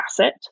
asset